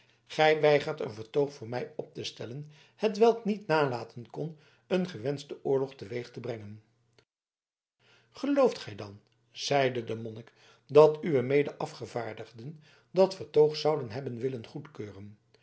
gij weigert een vertoog voor mij op te stellen hetwelk niet nalaten kon een gewenschten oorlog teweeg te brengen gelooft gij dan zeide de monnik dat uwe mede afgevaardigden dat vertoog zouden hebben willen goedkeuren